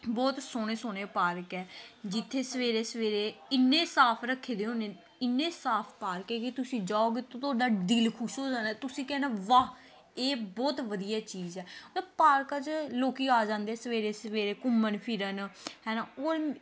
ਬਹੁਤ ਸੋਹਣੇ ਸੋਹਣੇ ਪਾਰਕ ਹੈ ਜਿੱਥੇ ਸਵੇਰੇ ਸਵੇਰੇ ਇੰਨੇ ਸਾਫ਼ ਰੱਖੇ ਦੇ ਹੁੰਦੇ ਇੰਨੇ ਸਾਫ਼ ਪਾਰਕ ਹੈਗੇ ਤੁਸੀਂ ਜਾਓਗੇ ਤਾਂ ਤੁਹਾਡਾ ਦਿਲ ਖੁਸ਼ ਹੋ ਜਾਂਦਾ ਤੁਸੀਂ ਕਹਿਣਾ ਵਾਹ ਇਹ ਬਹੁਤ ਵਧੀਆ ਚੀਜ਼ ਹੈ ਨ ਪਾਰਕਾਂ 'ਚ ਲੋਕ ਆ ਜਾਂਦੇ ਸਵੇਰੇ ਸਵੇਰੇ ਘੁੰਮਣ ਫਿਰਨ ਹੈ ਨਾ ਓਰ